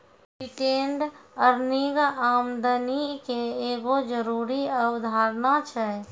retained earning आमदनी के एगो जरूरी अवधारणा छै